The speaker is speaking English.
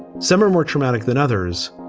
some are more traumatic than others.